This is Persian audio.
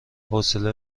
حوصله